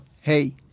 hey